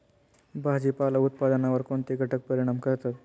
भाजीपाला उत्पादनावर कोणते घटक परिणाम करतात?